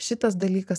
šitas dalykas